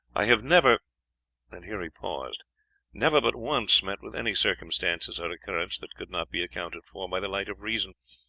i have never and here he paused never but once met with any circumstances or occurrence that could not be accounted for by the light of reason,